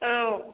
औ